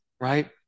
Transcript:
right